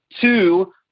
two